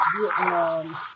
Vietnam